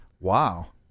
Wow